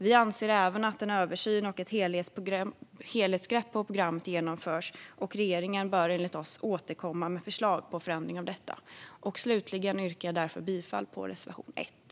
Vi anser även att en översyn och ett helhetsgrepp för programmet behövs, och regeringen bör enligt oss återkomma med förslag till förändring av detta. Slutligen yrkar jag bifall till reservation 1.